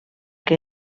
que